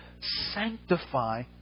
Sanctify